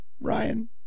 Ryan